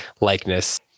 likeness